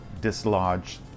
dislodge